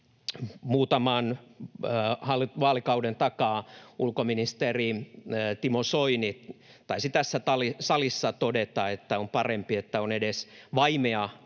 muutaman vaalikauden takaa ulkoministeri Timo Soini taisi tässä salissa todeta, että on parempi, että on edes vaimea